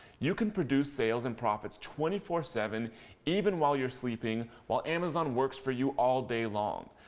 you can produce sales and profits twenty four seven even while you're sleeping while amazon works for you all day long.